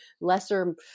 lesser